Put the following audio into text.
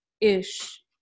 ish